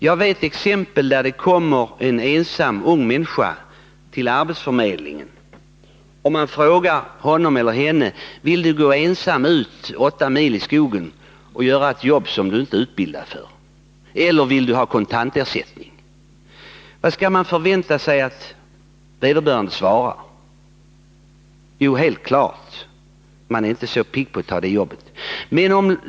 Det finns exempel på att det har kommit en ensam, ung människa, till arbetsförmedlingen och att man där har frågat honom eller henne: Vill du gå ensam åtta mil ut i skogen och göra ett jobb som du inte är utbildad för, eller vill du ha kontantersättning? Vad skall man förvänta sig att vederbörande svarar? Jo, helt klart: han är inte så pigg på att ta det jobbet.